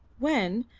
when,